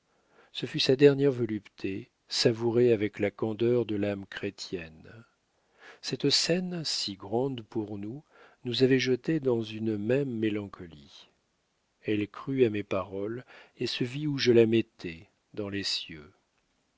ce fut sa dernière volupté savourée avec la candeur de l'âme chrétienne cette scène si grande pour nous nous avait jetés dans une même mélancolie elle crut à mes paroles et se vit où je la mettais dans les cieux